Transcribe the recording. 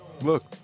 Look